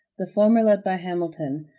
the former led by hamilton,